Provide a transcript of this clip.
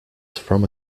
from